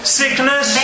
sickness